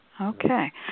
Okay